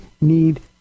need